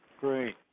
great